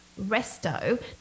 Resto